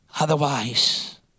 Otherwise